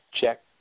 check